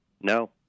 No